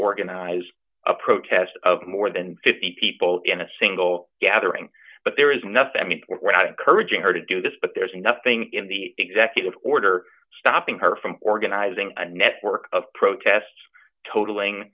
organize a protest of more than fifty people in a single gathering but there is nothing i mean we're not encouraging her to do this but there's nothing in the executive order stopping her from organizing a network of protests total